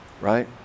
right